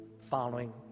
following